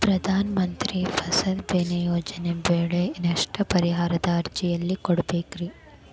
ಪ್ರಧಾನ ಮಂತ್ರಿ ಫಸಲ್ ಭೇಮಾ ಯೋಜನೆ ಬೆಳೆ ನಷ್ಟ ಪರಿಹಾರದ ಅರ್ಜಿನ ಎಲ್ಲೆ ಕೊಡ್ಬೇಕ್ರಿ?